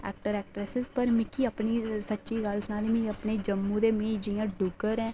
actor actresses पर मिगी अपनी सच्ची गल्ल सनां ते मिगी अपनी जम्मू दे मि जि'यां डुग्गर